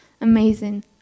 amazing